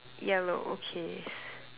yellow okay